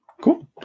Cool